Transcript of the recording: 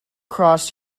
cross